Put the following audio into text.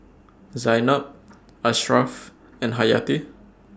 Zaynab Ashraf and Hayati